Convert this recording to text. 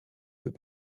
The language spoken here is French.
peut